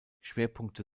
schwerpunkte